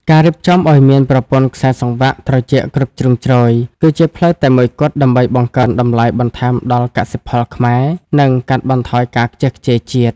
ការរៀបចំឱ្យមានប្រព័ន្ធខ្សែសង្វាក់ត្រជាក់គ្រប់ជ្រុងជ្រោយ គឺជាផ្លូវតែមួយគត់ដើម្បីបង្កើនតម្លៃបន្ថែមដល់កសិផលខ្មែរ និងកាត់បន្ថយការខ្ជះខ្ជាយជាតិ។